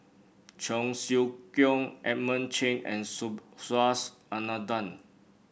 Cheong Siew Keong Edmund Cheng and Subhas Anandan